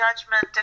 judgment